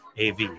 AV